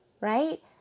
right